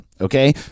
Okay